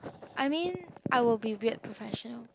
I mean I will be weird professional